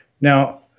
Now